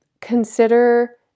Consider